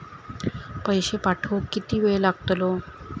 पैशे पाठवुक किती वेळ लागतलो?